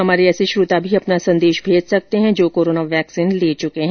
हमारे ऐसे श्रोता भी अपना संदेश भेज सकते हैं जो कोरोना वैक्सीन ले चुके हैं